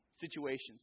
situations